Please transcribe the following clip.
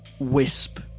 wisp